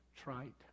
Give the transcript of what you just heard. trite